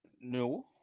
No